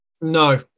No